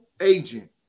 agent